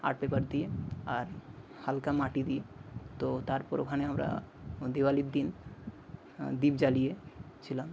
art paper দিয়ে আর হালকা মাটি দিয়ে তো তারপর ওখানে আমরা দেওয়ালির দিন দীপ জ্বালিয়েছিলাম